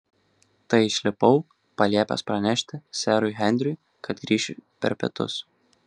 tai išlipau paliepęs pranešti serui henriui kad grįšiu per pietus